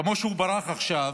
כמו שהוא ברח עכשיו,